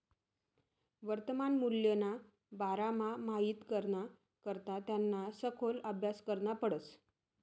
वर्तमान मूल्यना बारामा माहित कराना करता त्याना सखोल आभ्यास करना पडस